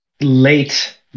late